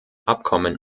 abkommen